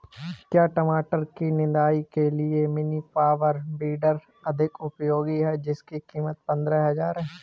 क्या टमाटर की निदाई के लिए मिनी पावर वीडर अधिक उपयोगी है जिसकी कीमत पंद्रह हजार है?